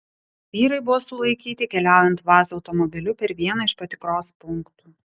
vyrai buvo sulaikyti keliaujant vaz automobiliu per vieną iš patikros punktų